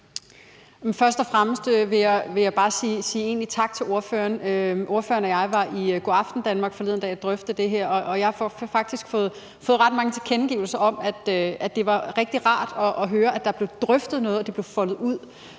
Først og fremmest vil jeg egentlig bare sige tak til ordføreren. Ordføreren og jeg var forleden dag i God aften, Danmark, hvor vi drøftede det her, og jeg har faktisk fået ret mange tilkendegivelser om, at det var rigtig rart at høre, at der blev drøftet noget, og at det blev foldet ud,